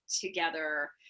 together